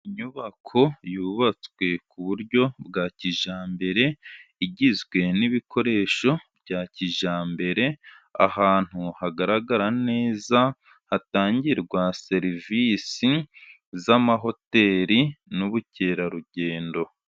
Inyubako yubatswe ku buryo bwa kijyambere igizwe n'ibikoresho bya kijyambere, ahantu hagaragara neza hatangirwa serivisi z'amahoteli n'ubukerarugendo.